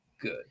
good